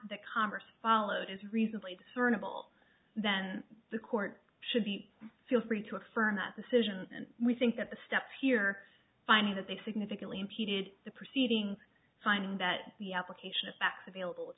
that congress followed as recently discernible then the court should be feel free to affirm that decision and we think that the step here finding that they significantly impeded the proceedings finding that the application of facts available i